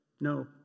No